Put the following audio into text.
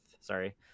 sorry